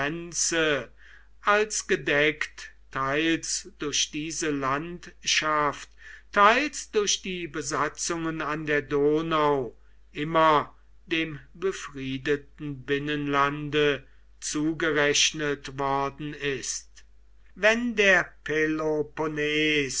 als gedeckt teils durch diese landschaft teils durch die besatzungen an der donau immer dem befriedeten binnenlande zugerechnet worden ist wenn der peloponnes